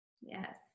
yes